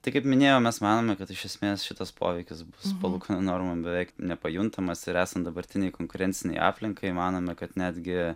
tai kaip minėjau mes manome kad iš esmės šitas poveikis bus palūkanų normų beveik nepajuntamas ir esant dabartinei konkurencinei aplinkai manome kad netgi